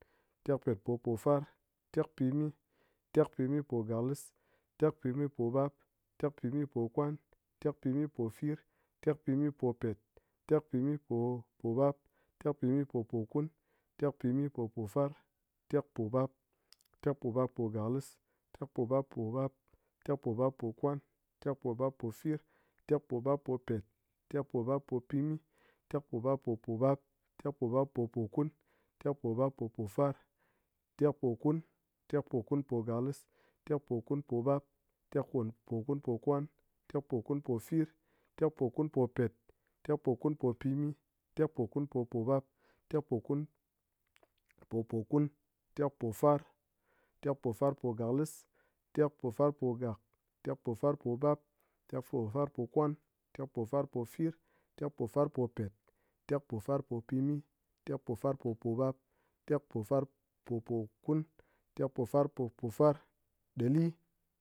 Tekpet po pofar, tekpimi, tekpimi po gaklis, tekpimi po bap. tekpimi po kwan, tekpimi po fir, tekpimi po pet, tekpimi po pimi, tekpimi po pobap, tekpimi po pokun, tekpimimi po pofar, tekpobap, tekpobap po galis, tekpobap po bap, tekpobap po kwan, tekpobap po fir, tekpobap po pet, tekpobap po pimi, tekpobap po pobap, tekpobap po pokun, tekpobap po pofar, tekpokun, tekpokun po gaklis, tekpokun po bap, tekpokun po kwan, tekpokun po fir, tekpokun po pet, tekpokunpo pimi, tekpokun po pobap, tekpokun po pokun, tekpokun po pofar, tekpofar. tekpofar po gaklis, tekpofar po gak, tekpofar po bap, tekpofar po kwan, tekpofar po fir, tekpofar po pet, tekpofar po pimi, tekpofar po pobap, tekpofar pokun, tekpofar po pofar, ɗali